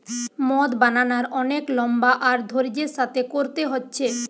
মদ বানানার অনেক লম্বা আর ধৈর্য্যের সাথে কোরতে হচ্ছে